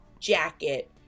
jacket